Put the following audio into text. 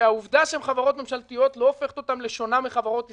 שהעובדה שהן חברות ממשלתיות לא הופכת אותן לשונות מחברות עסקיות,